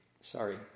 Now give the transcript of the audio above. Sorry